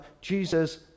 Jesus